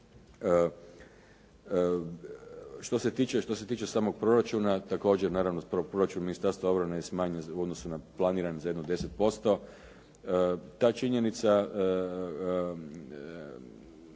Što se tiče samog proračuna, naravno proračun Ministarstva obrane je smanjen u odnosu na planiran za jedno 10%. Ta činjenica